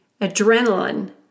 adrenaline